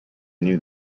knew